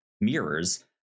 mirrors